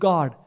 God